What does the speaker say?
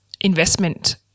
investment